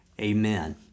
Amen